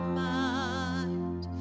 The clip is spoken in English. mind